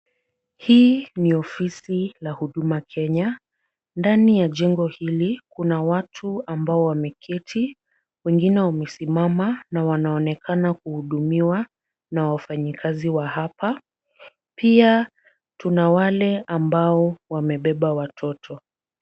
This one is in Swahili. Hii ni ofisi la Huduma Kenya,. Ndani ya jengo hili kuna watu ambao wameketi, wengine wamesimama na wanaonekana kuhudumiwa na wafanyikazi wa hapa. Pia kuna wale ambao wamebeba watoto.